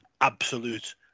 absolute